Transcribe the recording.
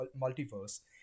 multiverse